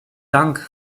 dank